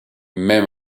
même